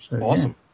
Awesome